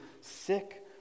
sick